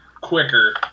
quicker